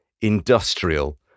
industrial